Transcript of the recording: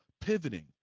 pivoting